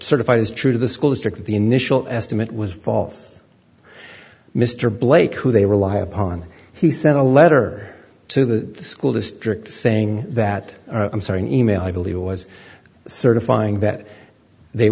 certified as true to the school district that the initial estimate was false mr blake who they rely upon he sent a letter to the school district saying that i'm sorry e mail i believe it was certifying that they